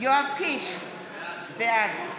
יואב קיש, בעד